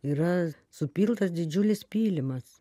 yra supiltas didžiulis pylimas